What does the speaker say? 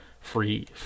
free